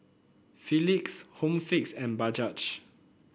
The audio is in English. Philips Home Fix and Bajaj